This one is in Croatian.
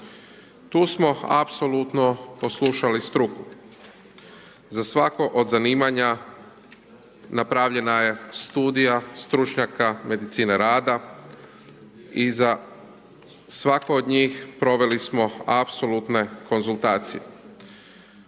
tu smo apsolutno poslušali struku, za svako od zanimanja, napravljena je studija stručnjaka medicine rada i za svaku od njih proveli smo apsolutne konzultacije.